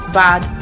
bad